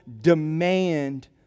demand